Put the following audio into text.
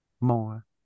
more